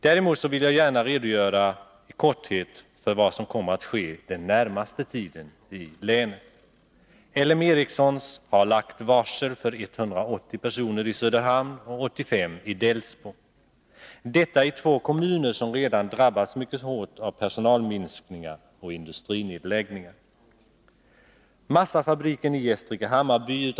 Däremot vill jag gärna redogöra i korthet för vad som kommer att ske i länet under den närmaste tiden. L M Ericsson har lagt varsel för 180 personer i Söderhamn och 85 i Delsbo — detta i två kommuner som redan drabbats mycket hårt av personalminskningar och industrinedläggningar.